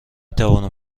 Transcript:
توانم